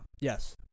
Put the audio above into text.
Yes